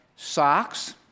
Socks